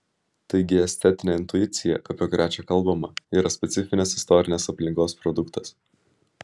taigi estetinė intuicija apie kurią čia kalbama yra specifinės istorinės aplinkos produktas